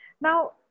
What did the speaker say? Now